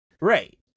Right